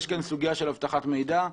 יש כאן סוגיה של אבטחת מידע,